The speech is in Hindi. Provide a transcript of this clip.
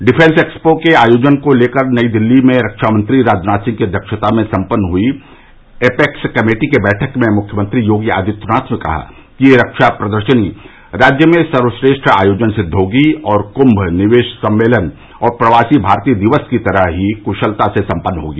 डिफेंस एक्सपो के आयोजन को लेकर नई दिल्ली में रक्षा मंत्री राजनाथ सिंह की अध्यक्षता में सम्पन्न हई एपेक्स कमेटी की बैठक में मुख्यमंत्री योगी आदित्यनाथ ने कहा कि यह रक्षा प्रदर्शनी राज्य में सर्वश्रेष्ठ आयोजन सिद्व होगी और कुम्म निवेश सम्मेलन और प्रवासी भारतीय दिवस की तरह ही कुशलता से सम्पन्न होगी